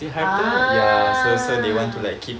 hmm